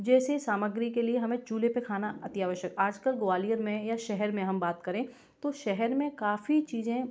जैसे सामग्री के लिए हमें चूल्हे पर खाना अतिआवश्यक आज कल ग्वालियर में या शहर में हम बात करें तो शहर में काफ़ी चीज़ें